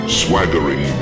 swaggering